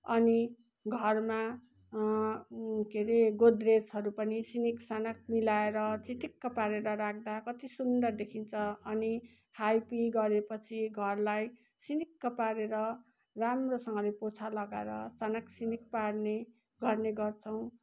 अनि घरमा के अरे गोदरेजहरू पनि सिनिकसनाक मिलाएर चिटिक्क पारेर राख्दा कति सुन्दर देखिन्छ अनि खाइपिई गरेपछि घरलाई सिनिक्क पारेर राम्रोसँगले पोछा लगाएर सनाकसिनिक पार्ने गर्ने गर्छौँ